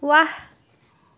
ৱাহ